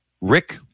Rick